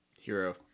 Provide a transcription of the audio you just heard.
Hero